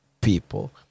people